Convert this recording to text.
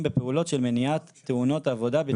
בפעולות של מניעת תאונות עבודה בתחום הבנייה.